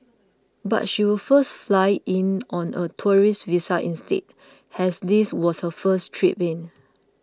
but she would first fly in on a tourist visa instead as this was her first trip in